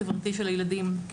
חברתי של הילדים.